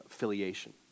affiliation